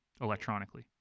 electronically